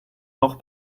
auch